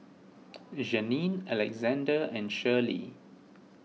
Janine Alexzander and Shirley